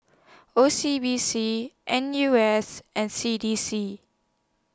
O C B C N U S and C D C